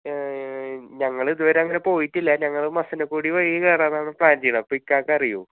ഞങ്ങൾ ഇതുവരെ അങ്ങനെ പോയിട്ടില്ല ഞങ്ങൾ മസനഗുഡി വഴി കയറാനാണ് പ്ലാൻ ചെയ്യുന്നത് അപ്പോൾ ഇക്കാക്ക് അറിയുമോ